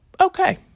okay